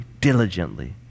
Diligently